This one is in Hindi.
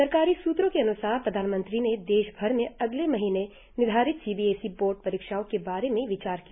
सरकारी सूत्रों के अन्सार प्रधानमंत्री ने देश भर में अगले महीने निर्धारित सीबीएसई बोर्ड परीक्षाओं के बारे में विचार किया